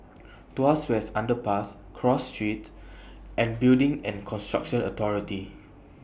Tuas West Underpass Cross Street and Building and Construction Authority